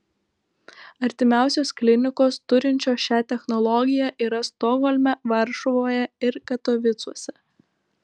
artimiausios klinikos turinčios šią technologiją yra stokholme varšuvoje ir katovicuose